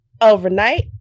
Overnight